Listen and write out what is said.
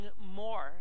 more